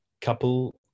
couple